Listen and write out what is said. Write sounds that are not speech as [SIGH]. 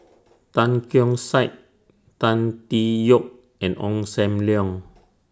[NOISE] Tan Keong Saik Tan Tee Yoke and Ong SAM Leong